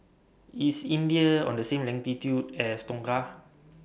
IS India on The same latitude as Tonga